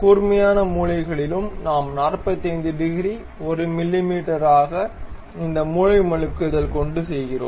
கூர்மையான மூலைகளிலும் நாம் 45 டிகிரி 1 மிமீ ஆக இந்த மூலை மழுக்குதல் கொண்டு செய்கிறோம்